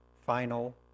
final